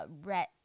Red